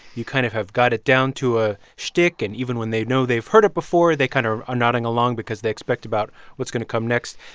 you kind of have got it down to a schtick. and even when they know they've heard it before, they kind of are nodding along because they expect about what's going to come next.